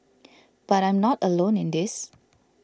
but I'm not alone in this